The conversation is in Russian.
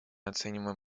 оцениваем